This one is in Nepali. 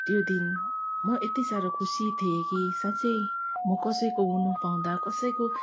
त्यो दिन म यति साह्रो खुसी थिएँ कि साँच्चै म कसैको हुनु पाउँदा कसैको